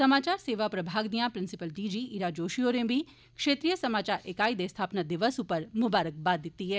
समाचार सेवां प्रभाग दियां principal D G Ira Joshi होर बी क्षेत्रिय समाचार ईकाई दे स्थापना दिवस उप्पर मुबारकबाद दित्ती ऐ